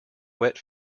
wet